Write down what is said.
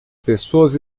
pessoas